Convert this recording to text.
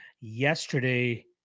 Yesterday